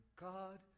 God